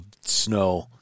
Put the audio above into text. snow